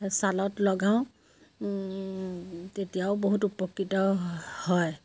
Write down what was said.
ছালত লগাও তেতিয়াও বহুত উপকৃত হয়